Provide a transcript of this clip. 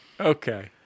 Okay